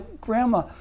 grandma